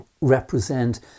represent